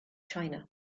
china